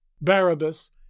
Barabbas